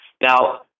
Now